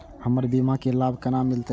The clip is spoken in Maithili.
हमर बीमा के लाभ केना मिलते?